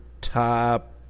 top